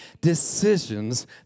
decisions